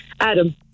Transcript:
Adam